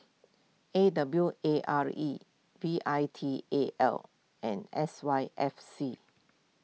A W A R E V I T A L and S Y F C